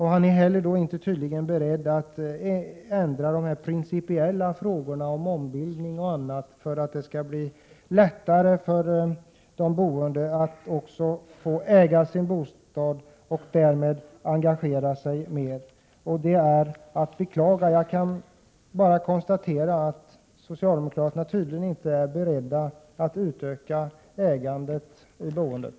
Han är tydligen inte heller beredd att ändra sig beträffande de principiella frågorna om ombildning och annat för att det skall bli lättare för de boende att också få äga sin bostad och därmed engagera sig mer i sitt boende. Detta är att beklaga. Jag kan bara konstatera att socialdemokraterna tydligen inte är beredda att utöka ägandet i boendet.